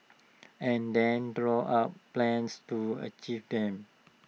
and then draw up plans to achieve them